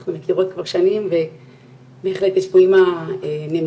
אנחנו מכירות כבר שנים ובהחלט יש פה אמא נמרה,